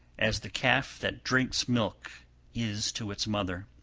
as the calf that drinks milk is to its mother.